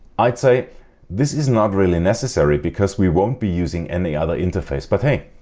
i'd say this is not really necessary because we won't be using any other interface but hey,